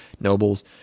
nobles